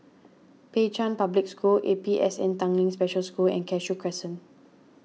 Pei Chun Public School A P S N Tanglin Special School and Cashew Crescent